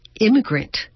immigrant